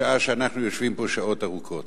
בשעה שאנחנו יושבים פה שעות ארוכות.